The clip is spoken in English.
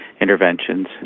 interventions